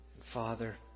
Father